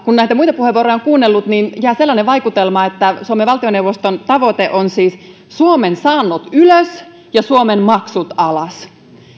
kun näitä muita puheenvuoroja on kuunnellut niin jää sellainen vaikutelma että suomen valtioneuvoston tavoite on siis suomen saannot ylös ja suomen maksut alas